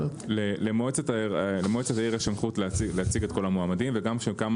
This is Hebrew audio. למועצת העיר יש סמכות להציג את כל המועמדים וגם כשקמה